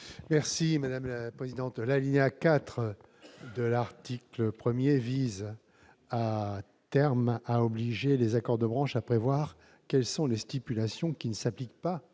l'avis de la commission ? L'alinéa 4 de l'article 1 vise, à terme, à obliger les accords de branche à prévoir quelles sont les stipulations qui ne s'appliquent pas